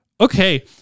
Okay